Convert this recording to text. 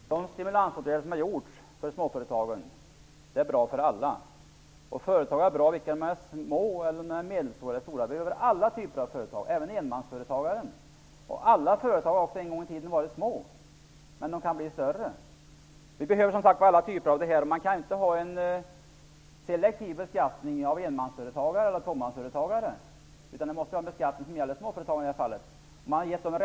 Herr talman! De stimulansåtgärder som har vidtagits för småföretagen är bra för alla. Företag är bra, vare sig de är små, medelstora eller stora. Vi behöver alla typer av företag -- även enmansföretag. Alla företag är små från början, men de kan bli större. Man kan inte ha en selektiv beskattning av enmansföretag eller tvåmansföretag, utan beskattningen måste gälla alla småföretag.